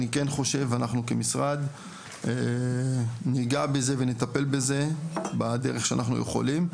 אני כן חושב ואנחנו כמשרד ניגע בזה ונטפל בזה בדרך שאנחנו יכולים.